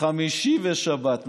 חמישי ושבת.